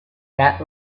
that